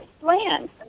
land